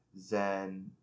Zen